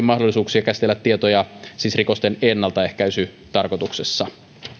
mahdollisuuksia käsitellä tietoja rikosten ennaltaehkäisytarkoituksessa